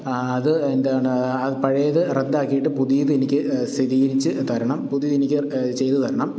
അത് എന്താണ് പഴയത് റദ്ദാക്കിയിട്ട് പുതിയതെനിക്ക് സ്ഥിരീകരിച്ച് തരണം പുതിയതെനിക്ക് ചെയ്തു തരണം